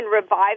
revive